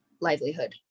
livelihood